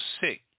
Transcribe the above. sick